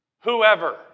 whoever